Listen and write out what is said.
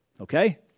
Okay